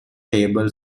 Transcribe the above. table